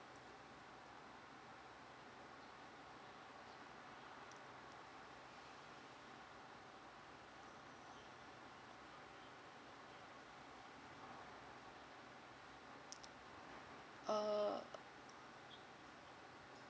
uh